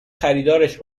خریدارش